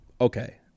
okay